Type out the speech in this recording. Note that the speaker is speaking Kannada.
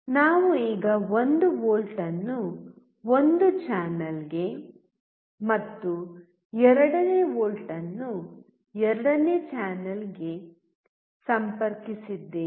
ನಾವು ಈಗ 1 ವೋಲ್ಟ್ ಅನ್ನು ಒಂದು ಚಾನಲ್ಗೆ ಮತ್ತು ಎರಡನೇ ವೋಲ್ಟ್ ಅನ್ನು ಎರಡನೇ ಚಾನಲ್ಗೆ ಸಂಪರ್ಕಿಸಿದ್ದೇವೆ